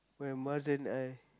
when more than I